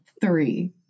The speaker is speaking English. Three